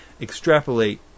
extrapolate